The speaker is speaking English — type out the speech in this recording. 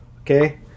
okay